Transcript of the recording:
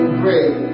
great